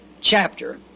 chapter